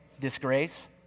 disgrace